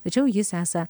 tačiau jis esą